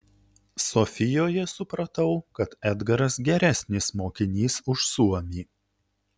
sofijoje supratau kad edgaras geresnis mokinys už suomį